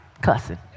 cussing